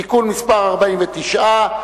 (תיקון מס' 49),